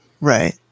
Right